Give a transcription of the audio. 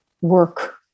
work